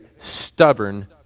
stubborn